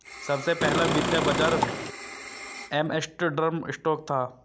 सबसे पहला वित्तीय बाज़ार एम्स्टर्डम स्टॉक था